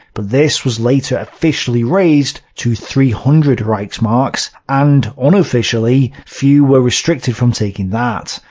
but this was later officially raised to three hundred reichsmarks, and unofficially few were restricted from taking that.